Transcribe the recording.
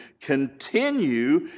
continue